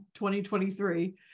2023